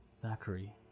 Zachary